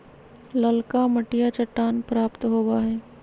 ललका मटिया चट्टान प्राप्त होबा हई